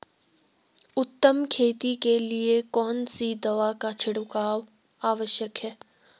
उत्तम खेती के लिए कौन सी दवा का छिड़काव आवश्यक है?